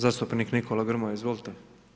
Zastupnik Nikola Grmoja, izvolite.